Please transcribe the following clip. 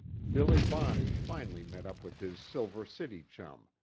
billy bonney finally met up with his silver city chum,